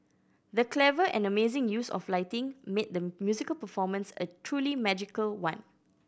the clever and amazing use of lighting made the musical performance a truly magical one